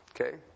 okay